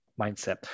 mindset